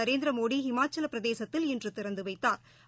நரேந்திரமோடி இமாச்சலப்பிரதேசத்தில் இன்றுதிறந்துவைத்தாா்